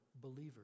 believers